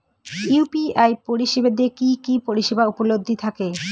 UPI পরিষেবা তে কি কি পরিষেবা উপলব্ধি থাকে?